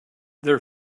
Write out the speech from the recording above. their